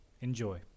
enjoy